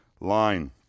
line